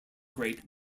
great